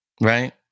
right